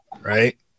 right